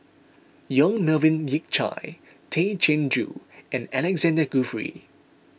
Yong Melvin Yik Chye Tay Chin Joo and Alexander Guthrie